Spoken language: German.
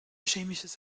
chemisches